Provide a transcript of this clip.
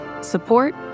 support